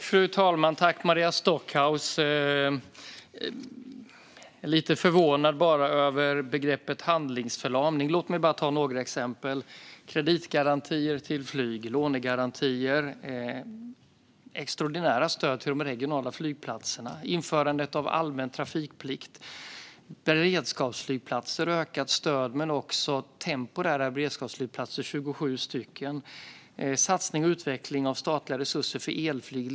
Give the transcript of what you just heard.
Fru talman! Jag tackar Maria Stockhaus för detta. Jag är bara lite förvånad över begreppet handlingsförlamning. Låt mig bara ta några exempel: Kreditgarantier till flyg, lånegarantier, extraordinära stöd till de regionala flygplatserna, införande av allmän trafikplikt, beredskapsflygplatser och ökat stöd men också 27 temporära beredskapsflygplatser, satsning och utveckling med statliga resurser på elflyg.